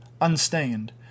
unstained